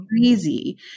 crazy